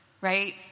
right